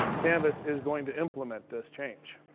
canvas is going to implement this change.